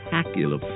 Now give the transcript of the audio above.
spectacular